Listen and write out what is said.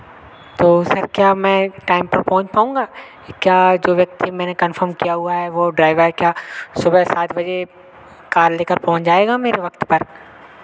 तो सर क्या मैं टाइम पर पहुँच पाऊँगा क्या जो व्यक्ति मैंने कन्फर्म किया हुआ है वो ड्राइवर क्या सुबह सात बजे कार ले कर पहुँच जाएगा मेरे वक्त पर